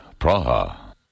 Praha